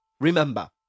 remember